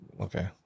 okay